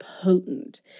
potent